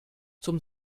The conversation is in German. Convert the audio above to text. zum